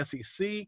SEC